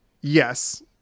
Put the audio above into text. yes